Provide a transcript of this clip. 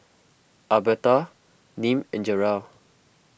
Albertha Nim and Jerrell